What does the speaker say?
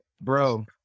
bro